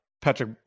Patrick